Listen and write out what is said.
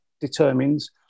determines